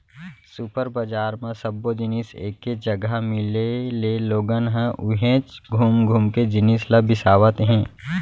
super बजार म सब्बो जिनिस एके जघा मिले ले लोगन ह उहेंच घुम घुम के जिनिस ल बिसावत हे